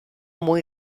muy